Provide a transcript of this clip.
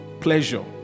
pleasure